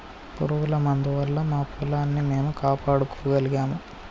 పురుగుల మందు వల్ల మా పొలాన్ని మేము కాపాడుకోగలిగాము